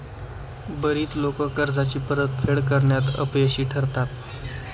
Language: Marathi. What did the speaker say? बरीच लोकं कर्जाची परतफेड करण्यात अपयशी ठरतात